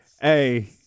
Hey